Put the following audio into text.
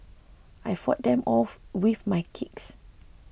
I fought them off with my kicks